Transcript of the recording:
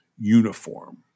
uniform